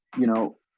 you know,